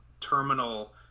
terminal